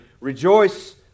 Rejoice